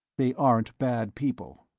they aren't bad people.